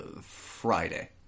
Friday